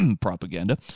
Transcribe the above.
propaganda